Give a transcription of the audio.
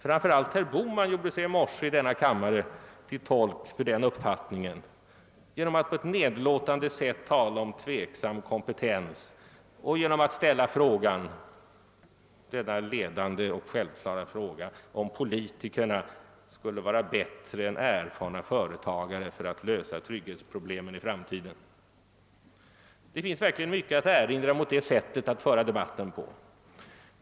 Framför allt herr Bohman gjorde sig i morse i denna kammare till tolk för den uppfattningen genom att på ett nedlåtande sätt tala om tveksam kompetens och genom att ställa den ledande frågan, huruvida politikerna skulle vara bättre skickade än erfarna företagsledare för att lösa trygghetsproblemen i framtiden. Det finns verkligen mycket att erinra mot detta sätt att föra en debatt.